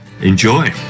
Enjoy